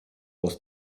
aus